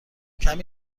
کمی